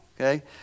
okay